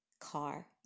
car